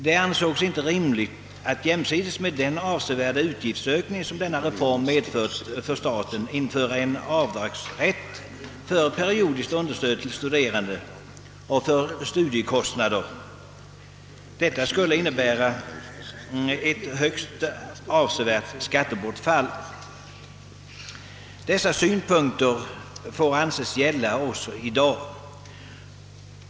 Det ansågs inte rimligt att jämsides med den avsevärda utgiftsökning som denna reform medförde för staten införa en avdragsrätt för periodiskt understöd till studerande och för studiekostnader. Det skulle medföra ett högst avsevärt skattebortfall. Dessa synpunkter får anses gälla också i dag.